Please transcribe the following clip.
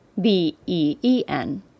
B-E-E-N